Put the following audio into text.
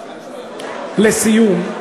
לסיום,